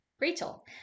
Rachel